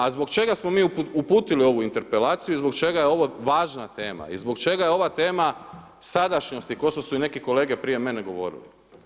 A zbog čega smo mi uputili ovu interpelaciju, zbog čega je ovo važna tema i zbog čega je ova tema sadašnjosti ko što su i neki kolege prije mene govorili?